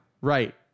right